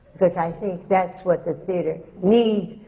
because i think that's what the theatre needs,